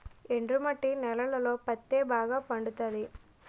ఒండ్రు మట్టి నేలలలో పత్తే బాగా పండుతది